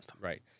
Right